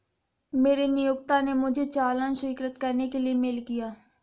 मेरे नियोक्ता ने मुझे चालान स्वीकृत करने के लिए मेल किया